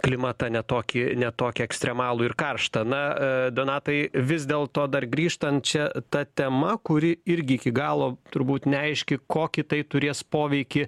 klimatą ne tokį ne tokį ekstremalų ir karštą na donatai vis dėl to dar grįžtant čia ta tema kuri irgi iki galo turbūt neaiški kokį tai turės poveikį